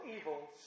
evils